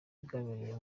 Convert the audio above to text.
bwabereye